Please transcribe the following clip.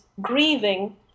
grieving